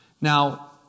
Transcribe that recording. Now